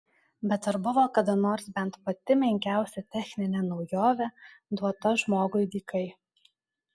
bet ar buvo kada nors bent pati menkiausia techninė naujovė duota žmogui dykai